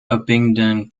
abingdon